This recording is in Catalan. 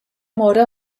mora